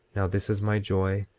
now this is my joy,